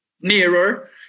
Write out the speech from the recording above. mirror